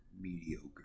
Mediocre